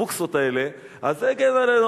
הבוקסות האלה אז הגנו עלינו.